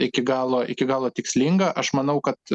iki galo iki galo tikslinga aš manau kad